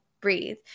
breathe